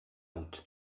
route